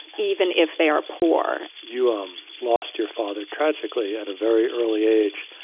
even if they are poor. you um lost your father tragically at a very early age.